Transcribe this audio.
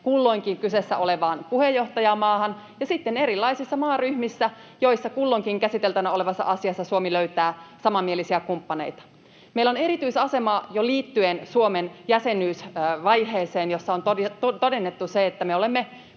kulloinkin kyseessä olevaan puheenjohtajamaahan ja sitten erilaisissa maaryhmissä, joissa kulloinkin käsiteltävänä olevassa asiassa Suomi löytää samanmielisiä kumppaneita. Meillä on erityisasema jo liittyen Suomen jäsenyysvaiheeseen, jossa on todennettu se, että me olemme